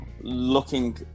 looking